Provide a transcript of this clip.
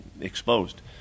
exposed